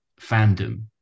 fandom